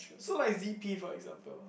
so like Z_P for example